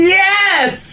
yes